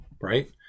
right